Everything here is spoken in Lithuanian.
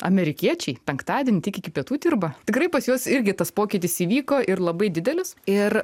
amerikiečiai penktadienį tik iki pietų dirba tikrai pas juos irgi tas pokytis įvyko ir labai didelis ir